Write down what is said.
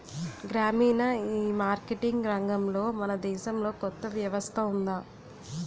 గ్రామీణ ఈమార్కెటింగ్ రంగంలో మన దేశంలో కొత్త వ్యవస్థ ఉందా?